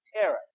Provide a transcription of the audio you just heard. Terror